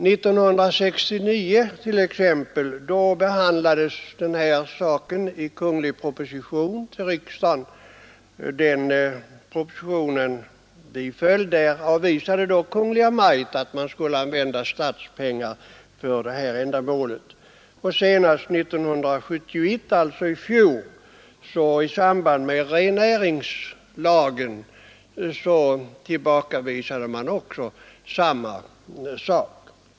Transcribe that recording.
År 1969 behandlades denna sak i kunglig proposition till riksdagen. Denna proposition bifölls. I denna avvisade Kungl. Maj:t att man skulle använda statspengar till detta ändamål. Senast 1971 tillbakavisade man samma sak i samband med att rennäringslagen behandlades.